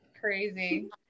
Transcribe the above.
crazy